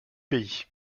pays